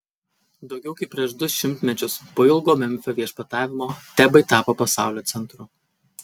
daugiau kaip prieš du šimtmečius po ilgo memfio viešpatavimo tebai tapo pasaulio centru